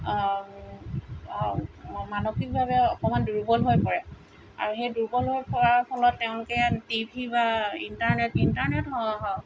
মানসিকভাৱে অকমান দুৰ্বল হৈ পৰে আৰু সেই দুৰ্বল হৈ পৰা ফলত তেওঁলোকে টিভি বা ইণ্টাৰনেট ইণ্টাৰনেট